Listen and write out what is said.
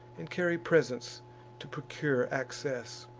and carry presents to procure access.